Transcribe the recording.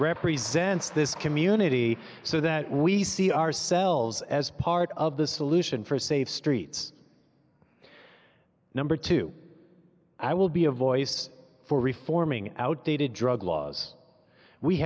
represents this community so that we see ourselves as part of the solution for safe streets number two i will be a voice for reforming outdated drug laws we